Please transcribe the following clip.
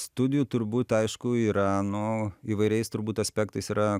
studijų turbūt aišku yra nu įvairiais turbūt aspektais yra